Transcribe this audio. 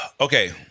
Okay